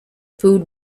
food